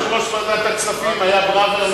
לא היית יושב-ראש ועדת הכספים, היה ברוורמן.